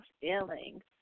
Feelings